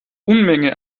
unmenge